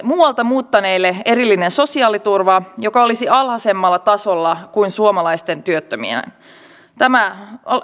muualta muuttaneille erillinen sosiaaliturva joka olisi alhaisemmalla tasolla kuin suomalaisten työttömien tämä